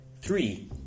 Three